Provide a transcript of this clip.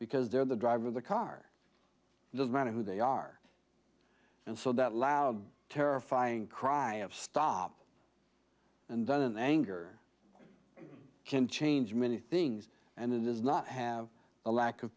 because they're the driver of the car it doesn't matter who they are and so that loud terrifying cry of stop and then anger can change many things and it does not have a lack of